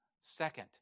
Second